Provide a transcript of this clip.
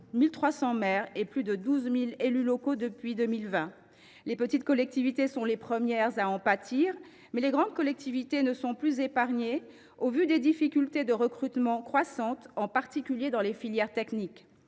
1 300 maires et de plus de 12 000 élus locaux depuis 2020. Les petites collectivités sont les premières à en pâtir, mais les grandes collectivités ne sont plus épargnées si l’on considère les difficultés de recrutement croissantes, en particulier dans les filières techniques.